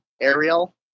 Ariel